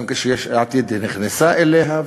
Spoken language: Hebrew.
גם כשיש עתיד נכנסה אליה,